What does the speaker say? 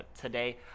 today